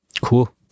cool